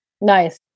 Nice